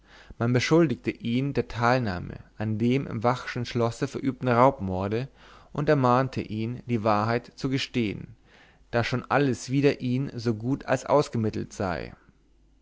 man beschuldigte ihn der teilnahme an dem im vachschen schlosse verübten raubmorde und ermahnte ihn die wahrheit zu gestehen da schon alles wider ihn so gut als ausgemittelt sei